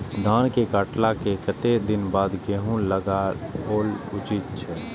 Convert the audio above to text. धान के काटला के कतेक दिन बाद गैहूं लागाओल उचित छे?